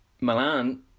Milan